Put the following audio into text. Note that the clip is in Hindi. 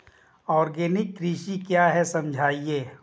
आर्गेनिक कृषि क्या है समझाइए?